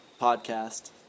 podcast